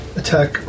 attack